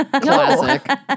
Classic